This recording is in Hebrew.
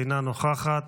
אינה נוכחת,